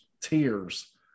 tears